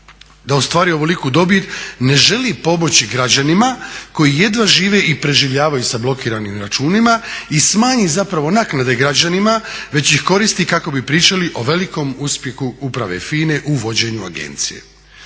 da ostvaruje ovoliku dobit ne želi pomoći građanima koji jedva žive i preživljavaju sa blokiranim računima i smanji zapravo naknade građanima već ih koristi kako bi pričali o velikom uspjehu uprave FINA-e u vođenju agencije.